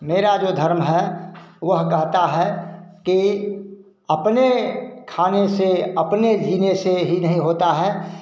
मेरा जो धर्म है वह कहता है कि अपने खाने से अपने जीने से ही नहीं होता है